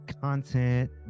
content